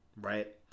right